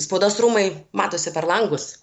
spaudos rūmai matosi per langus